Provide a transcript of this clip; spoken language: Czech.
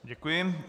Děkuji.